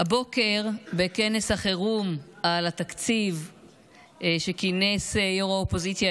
הבוקר בכנס החירום על התקציב שכינס ראש האופוזיציה